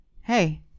Hey